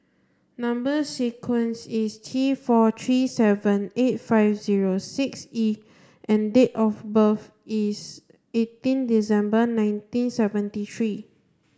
number sequence is T four three seven eight five zero six E and date of birth is eighteen December nineteen seventy three